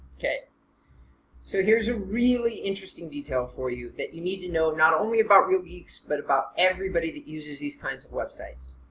okay so here's a really interesting detail for you that you need to know not only about real geeks but about everybody that uses these kinds of websites.